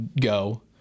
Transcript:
go